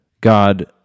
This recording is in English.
God